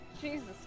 Jesus